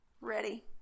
ready